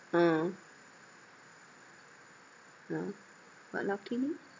uh yeah but luckily